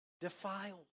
defiled